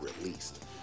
released